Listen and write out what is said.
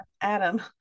adam